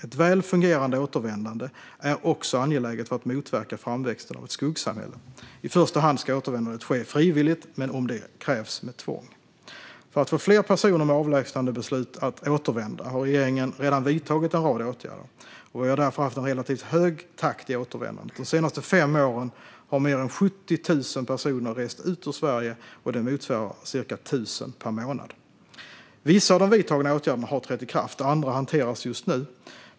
Ett väl fungerande återvändande är också angeläget för att motverka framväxten av ett skuggsamhälle. I första hand ska återvändandet ske frivilligt, men om det krävs med tvång. För att få fler personer med avlägsnandebeslut att återvända har regeringen redan vidtagit en rad åtgärder, och vi har därför haft en relativt hög takt i återvändandet. De senaste fem åren har mer än 70 000 personer rest ut ur Sverige, och detta motsvarar cirka 1 000 per månad. Vissa av de vidtagna åtgärderna har trätt i kraft, andra hanteras just nu.